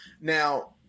Now